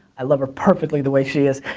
i love her perfectly the way she is.